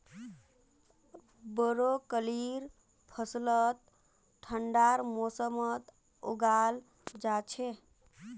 ब्रोकलीर फसलक ठंडार मौसमत उगाल जा छेक